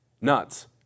nuts